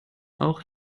auch